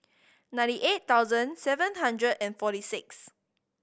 ninety eight thousand seven hundred and forty six